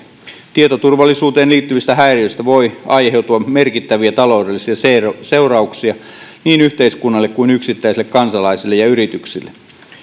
tietoturvallisuuteen liittyvistä häiriöistä voi aiheutua merkittäviä taloudellisia seurauksia niin yhteiskunnalle kuin yksittäisille kansalaisille ja yrityksille